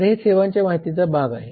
तर हे सेवांच्या माहितीचा भाग आहेत